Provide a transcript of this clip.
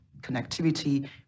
connectivity